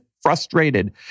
Frustrated